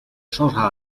changera